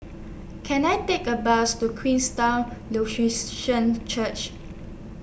Can I Take A Bus to Queenstown Lutheran Church